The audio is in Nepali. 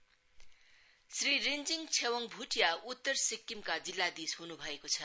ट्रान्सफर श्री रिन्जिङ छेवाङ भ्टिया उत्तर सिक्किमका जिल्लाधीश हन् भएको छ